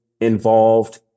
involved